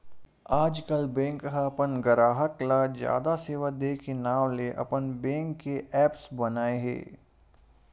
आजकल बेंक ह अपन गराहक ल जादा सेवा दे के नांव ले अपन बेंक के ऐप्स बनाए हे